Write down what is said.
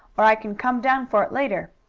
or i can come down for it later,